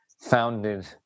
founded